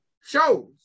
shows